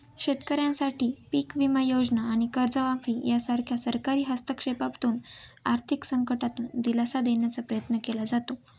शेतकऱ्यांसाठी पीक विमा योजना आनि कर्जमाफी यासारख्या सरकारी हस्तक्षेपातून आर्थिक संकटातून दिलासा देण्याचा प्रयत्न केला जातो